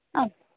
आम्